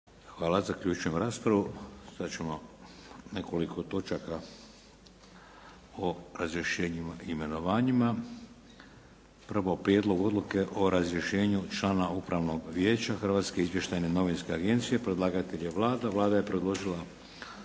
**Šeks, Vladimir (HDZ)** Sad ćemo nekoliko točaka o razrješenjima i imenovanjima. Prvo: - Prijedlog odluke o razrješenju člana Upravnog vijeća Hrvatske izvještajne novinske agencije, predlagatelj: Vlada RH Vlada je predložila